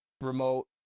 remote